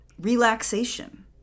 relaxation